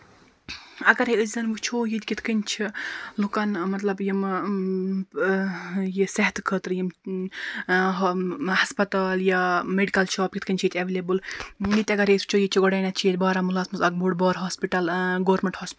اَگرٕے حظ أسۍ زَن وُچھو یہِ کِتھٕ کٔنۍ چھُ لوٗکَن مطلب یِم یہِ صحتہٕ خٲطرٕ یِم یِم ہَسپَتال یا میڈِکَل شاپ یِتھٕ کٔنۍ چھِ ییٚتہِ ایٚویلیبٕل ییٚتہِ اَگر أسۍ وُچھو ییٚتہِ چھِ گۄڈٕنیٚتھ چھِ ییٚتہِ باراموٗلاہَس منٛز اکھ بوٚڑ بارٕ ہاسپَِٹل گورمینٛٹ